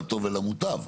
לטוב ולמוטב.